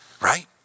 Right